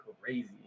crazy